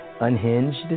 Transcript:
unhinged